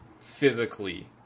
physically